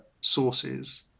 sources